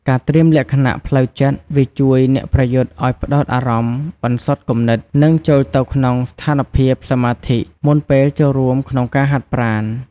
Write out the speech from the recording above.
ការត្រៀមលក្ខណៈផ្លូវចិត្ត វាជួយអ្នកប្រយុទ្ធឱ្យផ្តោតអារម្មណ៍ បន្សុទ្ធគំនិត និងចូលទៅក្នុងស្ថានភាពសមាធិមុនពេលចូលរួមក្នុងការហាត់ប្រាណ។